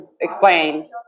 explain